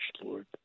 Lord